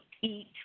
eat